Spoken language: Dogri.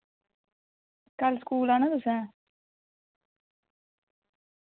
कल्ल स्कूल औना तुसें